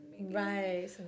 Right